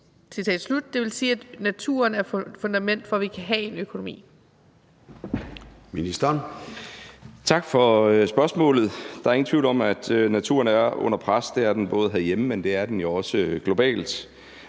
det vil sige, at naturen er et fundament for, at vi kan have en økonomi?